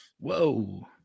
whoa